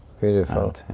beautiful